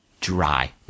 dry